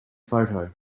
photo